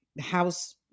house